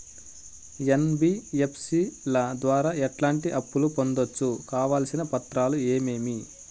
NBFC ల ద్వారా ఎట్లాంటి అప్పులు పొందొచ్చు? కావాల్సిన పత్రాలు ఏమేమి?